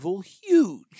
huge